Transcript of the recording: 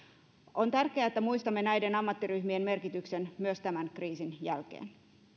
on tärkeää että muistamme näiden ammattiryhmien merkityksen myös tämän kriisin jälkeen